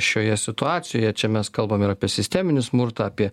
šioje situacijoje čia mes kalbam ir apie sisteminį smurtą apie